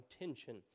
attention